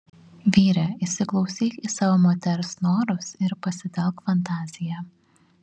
vyre įsiklausyk į savo moters norus ir pasitelk fantaziją